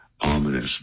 ominous